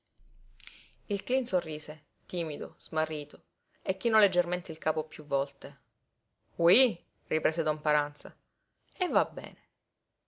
il cleen sorrise timido smarrito e chinò leggermente il capo piú volte oui riprese don paranza e va bene